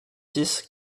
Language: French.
six